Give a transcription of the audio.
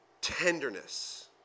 tenderness